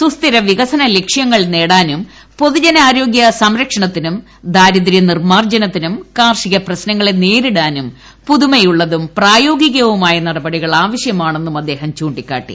സുസ്ഥിര വികസന ലക്ഷൃങ്ങൾ നേടാനും പൊതുജന ആരോഗ്യ സംരക്ഷണത്തിനും ദാരിദ്ര്യ് നിർമാർജ്ജനത്തിനും കാർഷിക പ്രശ്നങ്ങളെ നേരിടാനും പുതുമയുള്ളതും പ്രായോഗികവുമായ നടപടികൾ ആവശ്യമാണെന്നും അദ്ദേഹം ചൂ ിക്കാട്ടി